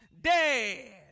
dead